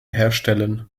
herstellen